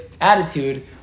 attitude